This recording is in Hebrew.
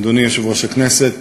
אדוני יושב-ראש הכנסת,